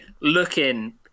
looking